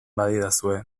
badidazue